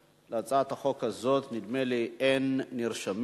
להצעת החוק הזאת, נדמה לי, אין נרשמים.